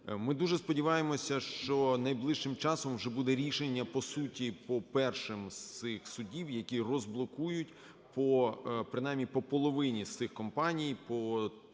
Ми дуже сподіваємося, що найближчим часом вже буде рішення по суті по першим з цих судів, які розблокують принаймні по половині з цих компаній,